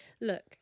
Look